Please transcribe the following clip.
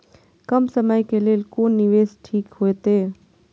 कम समय के लेल कोन निवेश ठीक होते?